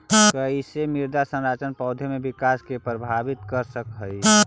कईसे मृदा संरचना पौधा में विकास के प्रभावित कर सक हई?